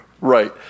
Right